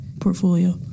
portfolio